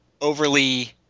overly